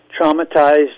traumatized